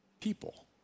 people